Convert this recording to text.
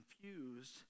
confused